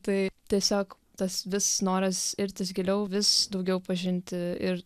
tai tiesiog tas vis noras irtis giliau vis daugiau pažinti ir